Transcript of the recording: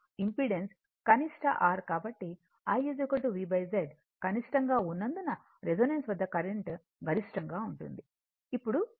కాబట్టి I V Z కనిష్టంగా ఉన్నందున రెసోనెన్స్ వద్ద కరెంట్ గరిష్టంగా ఉంటుంది ఇప్పుడు కోణం